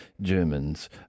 Germans